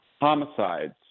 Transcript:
Homicides